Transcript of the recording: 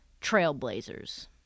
trailblazers